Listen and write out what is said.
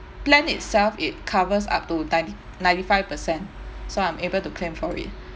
plan itself it covers up to ninety ninety five percent so I'm able to claim for it